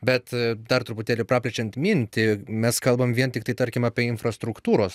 bet dar truputėlį praplečiant mintį mes kalbam vien tiktai tarkim apie infrastruktūros